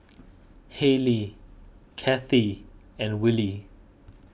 Hailee Cathi and Willy